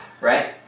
right